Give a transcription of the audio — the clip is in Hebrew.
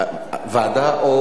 ועדה או מליאה?